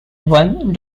one